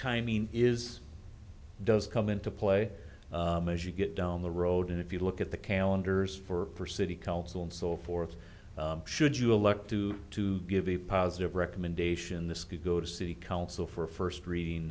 timing is does come into play as you get down the road if you look at the calendars for city council and so forth should you elect to to give a positive recommendation this could go to city council for first reading